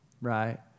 right